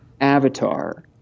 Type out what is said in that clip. avatar